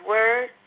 Word